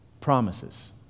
Promises